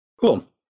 Cool